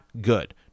good